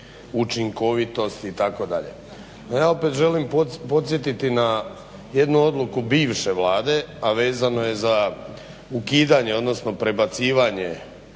učinkovitosti itd., a ja opet želim podsjetiti na jednu odluku bivše Vlade, a vezano je za ukidanje odnosno prebacivanje